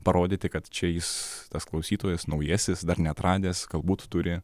parodyti kad čia jis tas klausytojas naujasis dar neatradęs galbūt turi